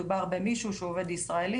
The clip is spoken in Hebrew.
מדובר במישהו שהוא עובד ישראלי,